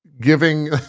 giving